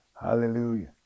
Hallelujah